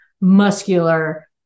muscular